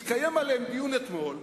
התקיים עליהן דיון אתמול.